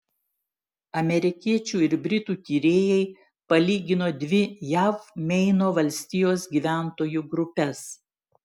amerikiečių ir britų tyrėjai palygino dvi jav meino valstijos gyventojų grupes